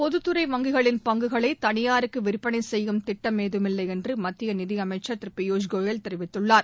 பொதுத்துறை வங்கிகளின் பங்குகளை தனியாருக்கு விற்பனை செய்யும் திட்டம் ஏதுமில்லை என்று மத்திய நிதியமைச்சர் திரு பியூஷ் கோயல் தெரிவித்துள்ளார்